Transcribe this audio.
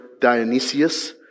Dionysius